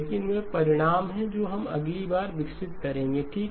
लेकिन वे परिणाम हैं जो हम अगली बार विकसित करेंगे ठीक